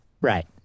Right